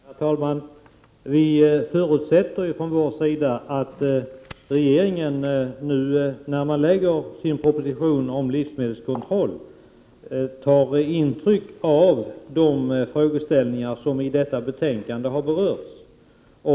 Herr talman! Vi förutsätter från vår sida att regeringen vid utarbetandet av sin proposition om livsmedelskontroll tar intryck av det som i detta betänkande sägs om dessa frågor.